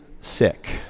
sick